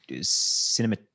cinema